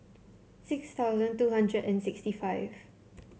six thousand two hundred and sixty five